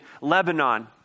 Lebanon